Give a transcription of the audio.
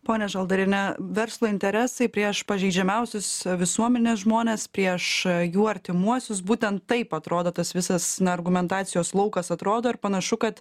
pone žaldariene verslo interesai prieš pažeidžiamiausius visuomenės žmones prieš jų artimuosius būtent taip atrodo tas visas na argumentacijos laukas atrodo ir panašu kad